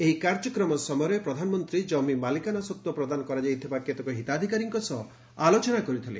ଏହି କାର୍ଯ୍ୟକ୍ରମ ସମୟରେ ପ୍ରଧାନମନ୍ତ୍ରୀ ଜମି ମାଲିକାନା ସତ୍ତ୍ୱ ପ୍ରଦାନ କରାଯାଇଥିବା କେତେକ ହିତାଧିକାରୀଙ୍କ ସହ ଆଲୋଚନା କରିଥିଲେ